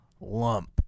Lump